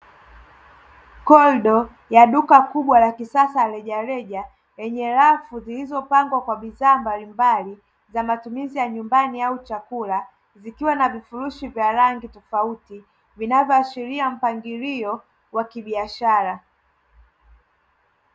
Korido la duka kubwa la rejareja lenye rafu lililopangwa kwa bidhaa mbalimbali kwa matumizi ya nyumbani au chakula vikiwa na vifurushi vya rangi tofauti, vinavyoashiria mpangilio wa kibiashara.